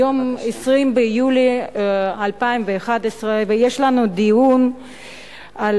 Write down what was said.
היום 20 ביולי 2011, ויש לנו דיון על